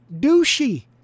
Douchey